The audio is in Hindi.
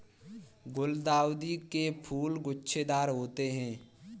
गुलदाउदी के फूल गुच्छेदार होते हैं